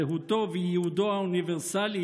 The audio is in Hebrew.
זהותו ויעודו האוניברסלי